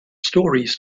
stories